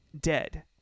dead